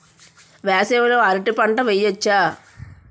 వేసవి లో అరటి పంట వెయ్యొచ్చా?